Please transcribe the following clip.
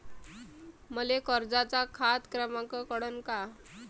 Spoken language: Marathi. मले कर्जाचा खात क्रमांक कळन का?